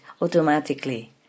automatically